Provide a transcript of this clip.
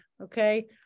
Okay